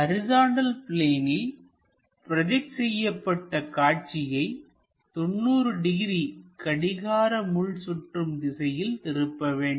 horizontal பிளேனில் project செய்யப்பட்ட காட்சியை 90 டிகிரி கடிகார முள் சுற்றும் திசையில் திருப்ப வேண்டும்